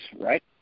right